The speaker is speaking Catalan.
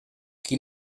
qui